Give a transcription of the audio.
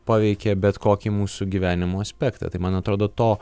paveikia bet kokį mūsų gyvenimo aspektą tai man atrodo to